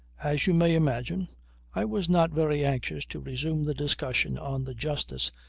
as you may imagine i was not very anxious to resume the discussion on the justice,